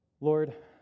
Lord